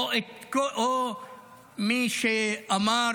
או את מי שאמר